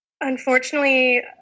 unfortunately